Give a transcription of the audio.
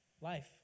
Life